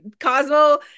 Cosmo